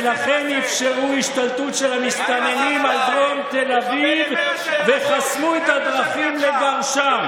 ולכן אפשרו השתלטות של המסתננים על דרום תל אביב וחסמו את הדרכים לגרשם.